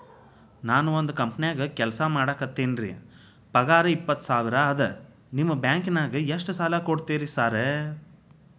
ನಾನ ಒಂದ್ ಕಂಪನ್ಯಾಗ ಕೆಲ್ಸ ಮಾಡಾಕತೇನಿರಿ ಪಗಾರ ಇಪ್ಪತ್ತ ಸಾವಿರ ಅದಾ ನಿಮ್ಮ ಬ್ಯಾಂಕಿನಾಗ ಎಷ್ಟ ಸಾಲ ಕೊಡ್ತೇರಿ ಸಾರ್?